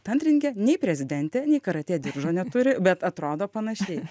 ta antrininkė nei prezidentė nei karatė diržo neturi bet atrodo panašiai